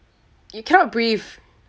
you cannot breathe